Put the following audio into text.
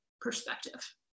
perspective